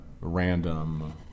random